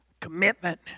commitment